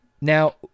now